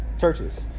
churches